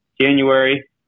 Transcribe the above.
January